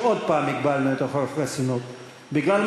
עוד פעם הגבלנו את חוק החסינות.